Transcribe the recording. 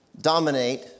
dominate